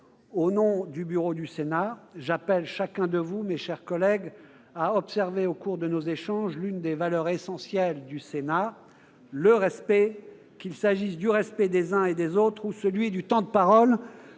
Au nom du bureau du Sénat, j'appelle chacun de vous, mes chers collègues, à observer au cours de nos échanges l'une des valeurs essentielles du Sénat : le respect, qu'il s'agisse du respect des uns et des autres ou de celui du temps de parole.